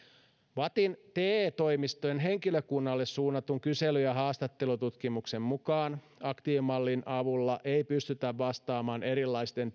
vattin te toimistojen henkilökunnalle suunnatun kysely ja haastattelututkimuksen mukaan aktiivimallin avulla ei pystytä vastaamaan erilaisten